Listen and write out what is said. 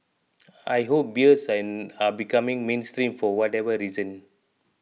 I hope beards are becoming mainstream for whatever reason